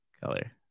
color